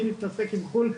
אני מתעסק עם חו"ל,